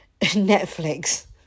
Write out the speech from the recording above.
Netflix